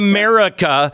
America